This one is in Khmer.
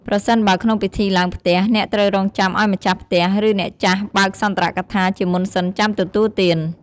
ប្រសិនបើក្នុងពិធីឡើងផ្ទះ អ្នកត្រូវរងចាំឲ្យម្ចាស់ផ្ទះ ឬអ្នកចាស់បើកសុន្ទរកថាជាមុនសិន ចាំទទួលទាន។